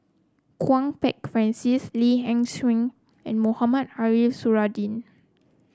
Kwok Peng Francis Li Nanxing and Mohamed Ariff Suradi